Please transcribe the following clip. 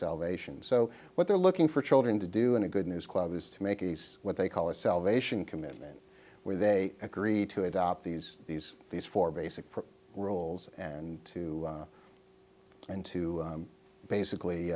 salvation so what they're looking for children to do and a good news club is to make a case what they call a salvation commitment where they agree to adopt these these these four basic rules and to and to basically